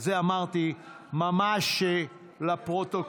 את זה אמרתי ממש לפרוטוקול.